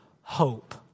hope